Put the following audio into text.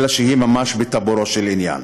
אלא שהיא ממש בטבורו של העניין.